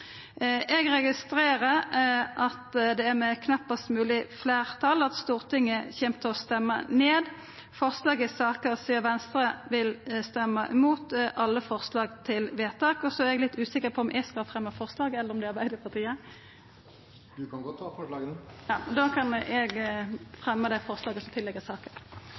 Eg registrerer at det er med knappast mogleg fleirtal at Stortinget kjem til å stemma ned forslaga i saka, sidan Venstre vil stemma mot alle forslaga. Så er eg litt usikker på om eg skal fremja forslaga eller om det er Arbeidarpartiet som skal gjera det. Representanten Toppe kan godt ta opp forslagene. Då vil eg ta opp dei forslaga som